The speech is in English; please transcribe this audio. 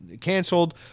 canceled